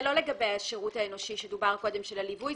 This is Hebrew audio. זה לא לגבי השירות האנושי שדובר קודם, של הליווי.